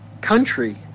country